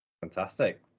fantastic